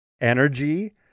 energy